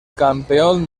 campeón